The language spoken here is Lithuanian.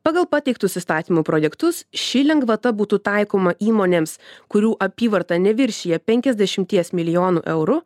pagal pateiktus įstatymų projektus ši lengvata būtų taikoma įmonėms kurių apyvarta neviršija penkiasdešimties milijonų eurų